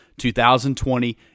2020